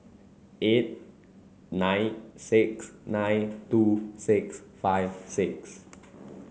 eight nine six nine two six five six